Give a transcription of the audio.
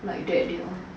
like that